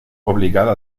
obligada